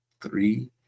Three